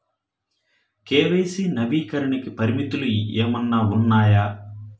KYC నవీకరణకి పరిమితులు ఏమన్నా ఉన్నాయా?